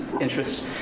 interests